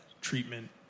treatment